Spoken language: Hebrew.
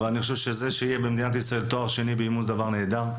אבל אני חושב שזה שיהיה במדינת ישראל תואר שני באימון זה דבר נהדר.